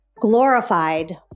glorified